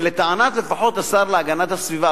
שלפחות לטענת השר להגנת הסביבה,